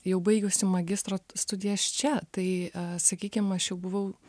jau baigusi magistro studijas čia tai sakykim aš jau buvau